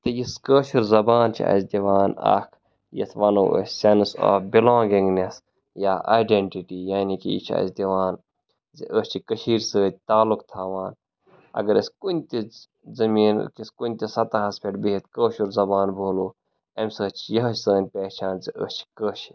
تہٕ یُس کٲشٕر زَبان چھِ اَسہِ دِوان اَکھ یَتھ وَنو أسۍ سٮ۪نٕس آف بِلانٛگِنٛگنٮ۪س یا آیڈٮ۪نٹِٹی یعنی کہِ یہِ چھِ اَسہِ دِوان زِ أسۍ چھِ کٔشیٖرۍ سۭتۍ تعلُق تھاوان اَگر أسۍ کُنۍ تہِ زٔمیٖن کِس کُنۍ تہِ سطحَس پٮ۪ٹھ بِہِتھ کٲشُر زَبان بولو امۍ سۭتۍ چھِ یِہَے سٲنۍ پہچان زِ أسۍ چھِ کٲشِر